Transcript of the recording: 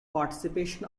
participation